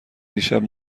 دیشب